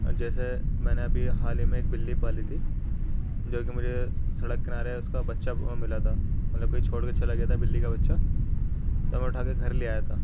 جیسے میں نے ابھی حال ہی میں ایک بلّی پالی تھی جوکہ مجھے سڑک کنارے اس کا بچہ ملا تھا مطلب کوئی چھوڑ کے چلا گیا تھا بلّی کا بچہ تو میں اٹھا کے گھر لے آیا تھا